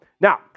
Now